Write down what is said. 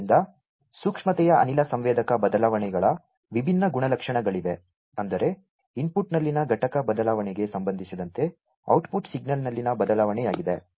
ಆದ್ದರಿಂದ ಸೂಕ್ಷ್ಮತೆಯ ಅನಿಲ ಸಂವೇದಕ ಬದಲಾವಣೆಗಳ ವಿಭಿನ್ನ ಗುಣಲಕ್ಷಣಗಳಿವೆ ಅಂದರೆ ಇನ್ಪುಟ್ನಲ್ಲಿನ ಘಟಕ ಬದಲಾವಣೆಗೆ ಸಂಬಂಧಿಸಿದಂತೆ ಔಟ್ಪುಟ್ ಸಿಗ್ನಲ್ನಲ್ಲಿನ ಬದಲಾವಣೆಯಾಗಿದೆ